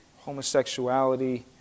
Homosexuality